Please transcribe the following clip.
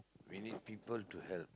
we need people to help